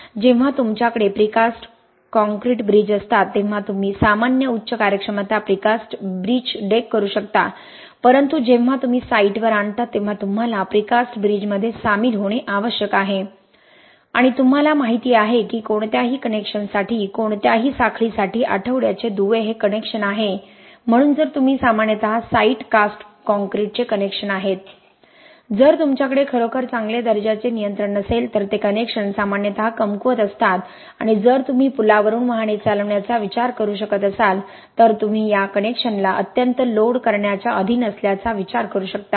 जेव्हा तुमच्याकडे precast concrete bridge असतात तेव्हा तुम्ही सामान्य उच्च कार्यक्षमता प्रीकास्ट ब्रिज डेक करू शकता परंतु जेव्हा तुम्ही साइटवर आणता तेव्हा तुम्हाला प्रीकास्ट ब्रिजमध्ये सामील होणे आवश्यक आहे आणि तुम्हाला माहिती आहे की कोणत्याही कनेक्शनसाठी कोणत्याही साखळीसाठी आठवड्याचे दुवे हे कनेक्शन आहे म्हणून जर तुम्ही सामान्यतः साइट कास्ट कॉंक्रिटचे कनेक्शन आहेत जर तुमच्याकडे खरोखर चांगले दर्जाचे नियंत्रण नसेल तर ते कनेक्शन सामान्यत कमकुवत असतात आणि जर तुम्ही पुलावरून वाहने चालवण्याचा विचार करू शकत असाल तर तुम्ही या कनेक्शनला अत्यंत लोड करण्याच्या अधीन असल्याचा विचार करू शकता